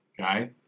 Okay